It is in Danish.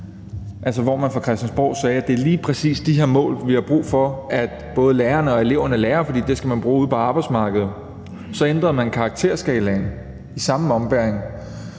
hvor man fra Christiansborg sagde: Det er lige præcis de her mål, vi har brug for at både lærerne og eleverne opfylder, for dem skal man bruge ude på arbejdsmarkedet. Så ændrede man karakterskalaen i samme ombæring,